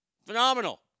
Phenomenal